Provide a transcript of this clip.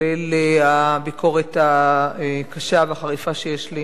כולל הביקורת הקשה והחריפה שיש לי